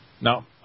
No